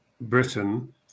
Britain